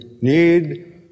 need